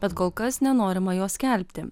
bet kol kas nenorima jo skelbti